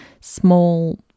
small